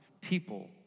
people